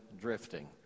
drifting